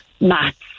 maths